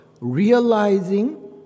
realizing